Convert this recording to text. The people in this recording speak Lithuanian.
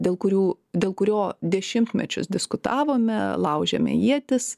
dėl kurių dėl kurio dešimtmečius diskutavome laužėme ietis